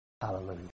Hallelujah